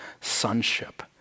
sonship